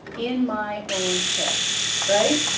in my own head right?